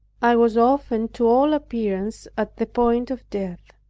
i was often to all appearance at the point of death.